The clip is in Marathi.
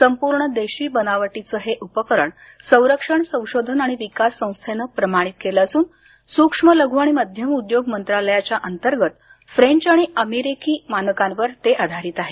संपूर्ण देशी बनावटीचं हे उपकरण संरक्षण संशोधन आणि विकास संस्थेनं प्रमाणित केलं असून सूक्ष्म लघु आणि मध्यम उद्योग मंत्रालयाच्या अंतर्गत फ्रेंच आणि अमेरिकी मानकांवर ते आधारित आहे